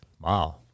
Wow